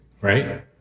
Right